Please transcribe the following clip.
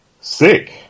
sick